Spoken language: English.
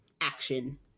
action